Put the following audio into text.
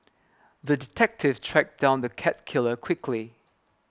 the detective tracked down the cat killer quickly